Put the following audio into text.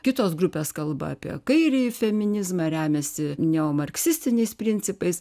kitos grupės kalba apie kairįjį feminizmą remiasi neomarksistiniais principais